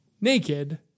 naked